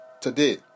today